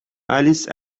alice